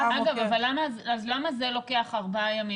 אז למה זה לוקח ארבעה ימים?